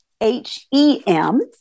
h-e-m